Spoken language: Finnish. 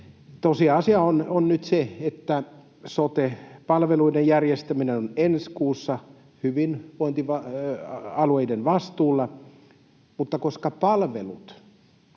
Tosiasia on nyt se, että sote-palveluiden järjestäminen on ensi kuussa hyvinvointialueiden vastuulla, mutta koska palvelut,